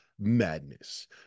Madness